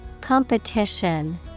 Competition